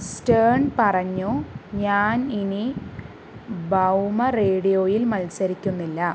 Stern പറഞ്ഞു ഞാൻ ഇനി ഭൗമ റേഡിയോയിൽ മത്സരിക്കുന്നില്ല